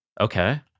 Okay